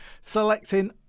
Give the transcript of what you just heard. selecting